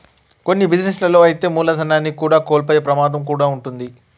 కొన్ని బిజినెస్ లలో అయితే మూలధనాన్ని కూడా కోల్పోయే ప్రమాదం కూడా వుంటది